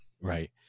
Right